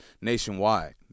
nationwide